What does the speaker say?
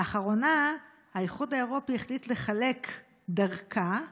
לאחרונה האיחוד האירופי החליט לחלק דרכה